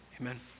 Amen